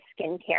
skincare